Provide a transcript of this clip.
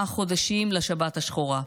השחורה,